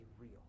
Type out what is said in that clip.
real